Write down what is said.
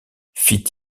fit